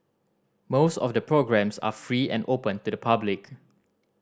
most of the programmes are free and open to the public